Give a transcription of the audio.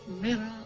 mirror